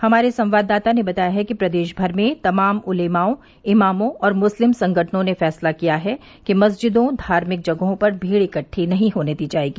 हमारे संवाददाता ने बताया है कि प्रदेश भर में तमाम उलेमाओं इमामों और मुस्लिम संगठनों ने फैसला किया है कि मस्जिदों धार्मिक जगहों पर भीड़ इकद्दा नहीं होने दी जाएगी